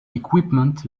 equipment